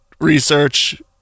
research